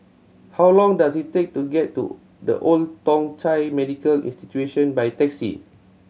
how long does it take to get to The Old Thong Chai Medical Institution by taxi